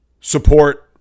support